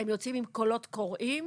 הם יוצאים עם קולות קוראים,